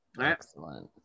Excellent